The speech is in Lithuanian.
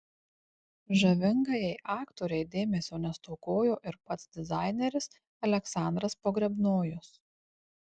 žavingajai aktorei dėmesio nestokojo ir pats dizaineris aleksandras pogrebnojus